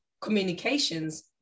communications